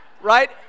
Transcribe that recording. Right